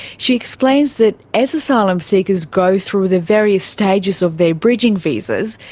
she explains that as asylum seekers go through the various stages of their bridging visas,